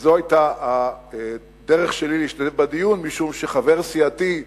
זו היתה הדרך שלי להשתתף בדיון, משום שחבר סיעתי,